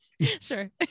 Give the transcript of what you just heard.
Sure